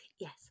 yes